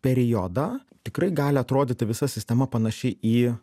periodą tikrai gali atrodyti visa sistema panaši į